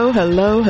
hello